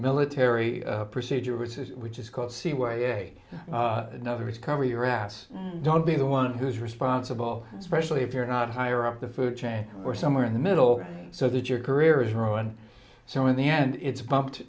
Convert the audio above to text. military procedure which is which is called sea way another is cover your ass don't be the one who's responsible especially if you're not higher up the food chain or somewhere in the middle so that your career is ruined so in the end it's bumped